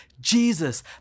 Jesus